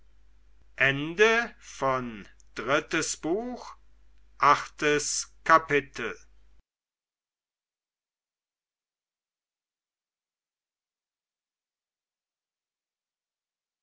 drittes buch erstes kapitel